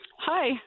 Hi